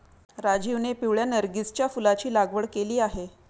राजीवने पिवळ्या नर्गिसच्या फुलाची लागवड केली आहे